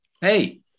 hey